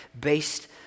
based